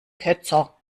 ketzer